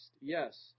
yes